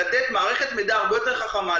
לתת מערכת מידע הרבה יותר חכמה.